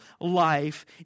life